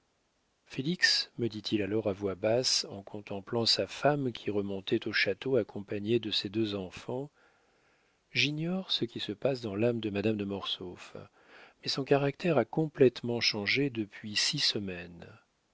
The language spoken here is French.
me dit-il alors à voix basse en contemplant sa femme qui remontait au château accompagnée de ses deux enfants j'ignore ce qui se passe dans l'âme de madame de mortsauf mais son caractère a complétement changé depuis six semaines